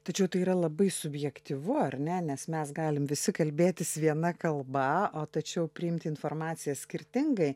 tačiau tai yra labai subjektyvu ar ne nes mes galim visi kalbėtis viena kalba o tačiau priimti informaciją skirtingai